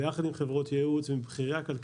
ביחד עם חברות ייעוץ ועם בכירי הכלכלנים.